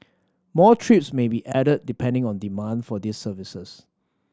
more trips may be added depending on demand for these services